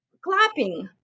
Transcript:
Clapping